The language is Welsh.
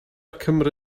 cymru